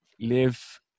live